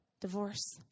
divorce